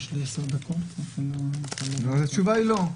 אז התשובה היא לא.